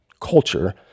culture